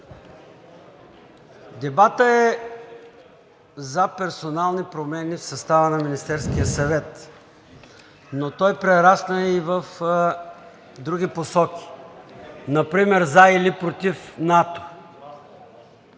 Дебатът е за персонални промени в състава на Министерския съвет, но той прерасна и в други посоки. Например за или против НАТО,